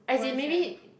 as in maybe